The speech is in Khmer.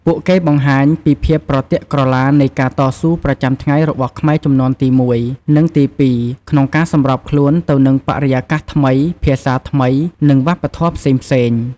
ពួកគេបង្ហាញពីភាពប្រទាក់ក្រឡានៃការតស៊ូប្រចាំថ្ងៃរបស់ខ្មែរជំនាន់ទីមួយ និងទីពីរ ក្នុងការសម្របខ្លួនទៅនឹងបរិយាកាសថ្មី ភាសាថ្មី និងវប្បធម៌ផ្សេងៗ។